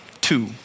two